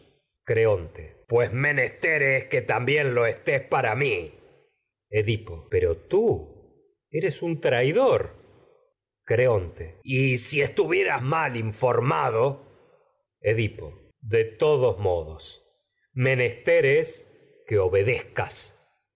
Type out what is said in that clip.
mi pues menester es creonte que también lo estés para mi edipo pero tú eres un traidor creonte edipo y si estuvieras mal informado todos de modos menester es que obedez